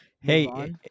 Hey